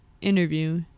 interview